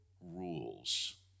rules